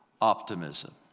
optimism